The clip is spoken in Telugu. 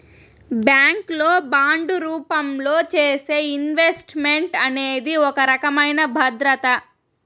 బ్యాంక్ లో బాండు రూపంలో చేసే ఇన్వెస్ట్ మెంట్ అనేది ఒక రకమైన భద్రత